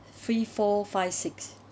three four five six